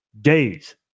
days